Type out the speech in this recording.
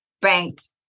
banked